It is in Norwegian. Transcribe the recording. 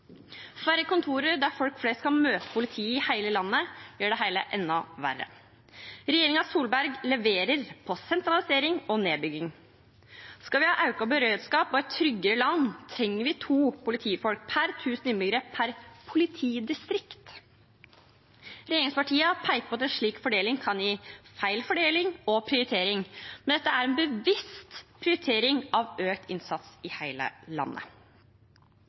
Færre kontorer der folk flest kan møte politiet i hele landet, gjør det hele enda verre. Regjeringen Solberg leverer på sentralisering og nedbygging. Skal vi ha økt beredskap og et tryggere land, trenger vi to politifolk per tusen innbyggere per politidistrikt. Regjeringspartiene peker på at en slik fordeling kan gi feil fordeling og prioritering, men dette er en bevisst prioritering av økt innsats i hele landet.